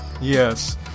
Yes